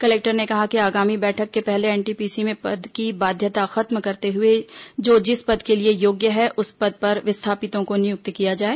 collector ने कहा कि आगामी बैठक के पहले एनटीपीसी में पद की बाध्यता खत्म करते हुए जो जिस पद के लिए योग्य है उस पद पर विस्थापितों को नियुक्त किया जाए